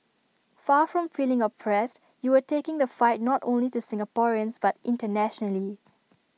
far from feeling oppressed you were taking the fight not only to Singaporeans but internationally